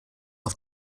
auf